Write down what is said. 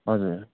हजुर